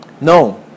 No